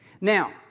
Now